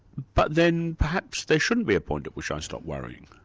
but then, perhaps there shouldn't be a point at which i stop worrying.